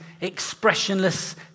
expressionless